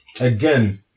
again